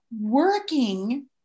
working